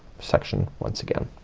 section once again.